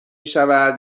شود